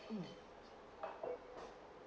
mm